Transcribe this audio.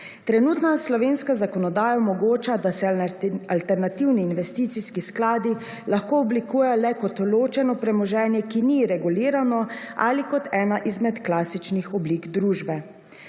Trenutna slovenska zakonodaja omogoča, da se alternativni investicijskih skladi lahko oblikujejo le kot ločeno premoženje, ki ni regulirano ali kot ena izmed klasičnih oblik družb.